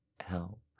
help